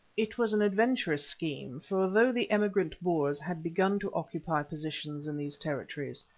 it was an adventurous scheme, for though the emigrant boers had begun to occupy positions in these territories,